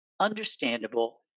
understandable